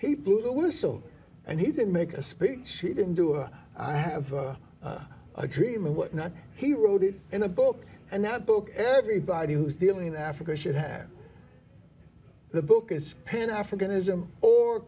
he blew the whistle and he didn't make a speech he didn't do and i have a dream and what not he wrote it in a book and that book everybody who's dealing in africa should have the book is pan african ism or